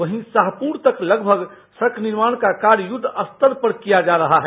वहीं शाहपुर तक लगभग सड़क निर्माण का कार्य युद्व स्तर पर किया जा रहा है